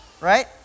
Right